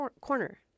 Corner